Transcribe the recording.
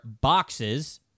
boxes